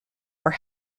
were